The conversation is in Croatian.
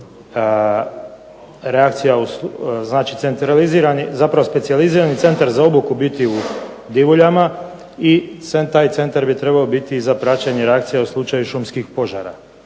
i praćenje reakcija, zapravo specijalizirani Centar za obuku biti u Divuljama i taj centar bi trebao biti za praćenje reakcija u slučaju šumskih požara.